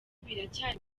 biracyari